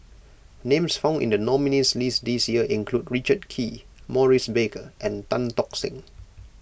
names found in the nominees' list this year include Richard Kee Maurice Baker and Tan Tock Seng